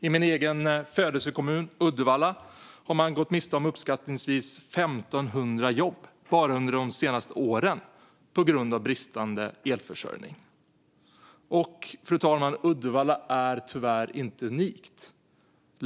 I min egen födelsekommun Uddevalla har man gått miste om uppskattningsvis 1 500 jobb bara under de senaste åren på grund av bristande elförsörjning. Fru talman! Uddevalla är tyvärr inte unikt.